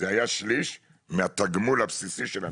זה היה שליש מהתגמול הבסיסי של הנכים.